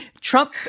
Trump